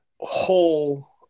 whole